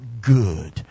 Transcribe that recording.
good